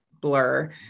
blur